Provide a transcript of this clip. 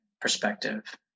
perspective